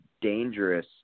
dangerous